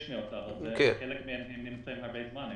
600 אבל חלק מהם נמצאים הרבה זמן,